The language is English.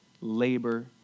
labor